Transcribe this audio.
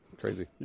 Crazy